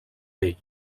vell